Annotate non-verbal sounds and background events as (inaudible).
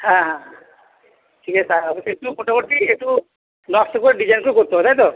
হ্যাঁ হ্যাঁ হ্যাঁ ঠিক আছে তা (unintelligible) একটু মোটামুটি একটু নকশা করে ডিজাইন করে করতে হবে তাই তো